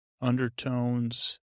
undertones